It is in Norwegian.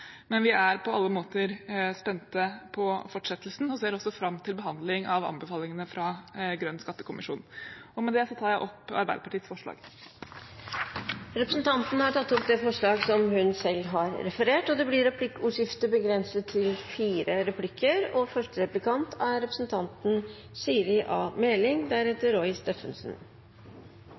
men vi er på alle måter spent på fortsettelsen og ser også fram til behandlingen av anbefalingene fra Grønn skattekommisjon. Med dette tar jeg opp det forslaget Arbeiderpartiet er medforslagsstiller til. Representanten Marianne Marthinsen har tatt opp det forslaget hun refererte til. Det blir replikkordskifte. Jeg har først og fremst lyst til å minne representanten